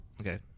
Okay